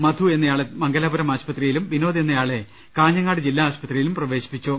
മധു എന്നയാളെ മംഗലാപുരം ആശുപത്രിയിലും വിനോദ് എന്ന ആളെ കാഞ്ഞങ്ങാട് ജില്ലാ ആശുപത്രിയിലും പ്രവേശിപ്പിച്ചു